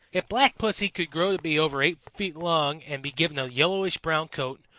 if black pussy could grow to be over eight feet long and be given a yellowish-brown coat,